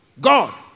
God